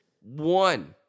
one